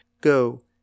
Go